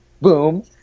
Boom